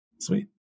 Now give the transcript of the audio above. Sweet